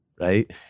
right